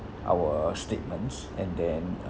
our statements and then uh